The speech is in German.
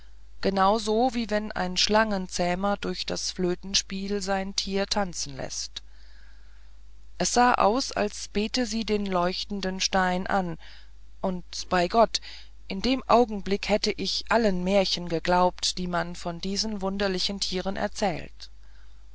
so wie wenn ein schlangenzähmer durch das flötenspiel sein tier tanzen läßt es sah aus als bete sie den leuchtenden stein an und bei gott in dem augenblick hätte ich allen märchen geglaubt die man von diesen wunderlichen tieren erzählt